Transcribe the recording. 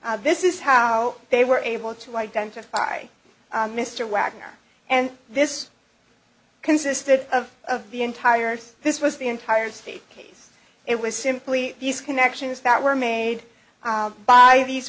this is how they were able to identify mr wagner and this consisted of the entire this was the entire state case it was simply these connections that were made by these